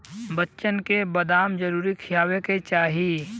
बच्चन के बदाम जरूर खियावे के चाही